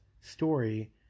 story